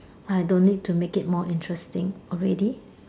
I don't need to make it more interesting already